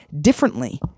differently